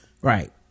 Right